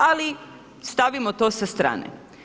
Ali stavimo to sa strane.